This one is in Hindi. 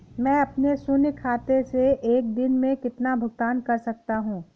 मैं अपने शून्य खाते से एक दिन में कितना भुगतान कर सकता हूँ?